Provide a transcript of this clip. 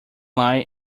lie